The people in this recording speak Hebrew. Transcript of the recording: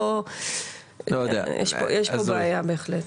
יש פה בעיה בהחלט.